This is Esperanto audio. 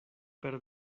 per